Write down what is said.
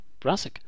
brassic